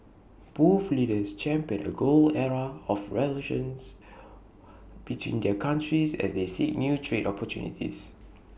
both leaders championed A golden era of relations between their countries as they seek new trade opportunities